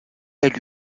elle